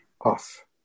off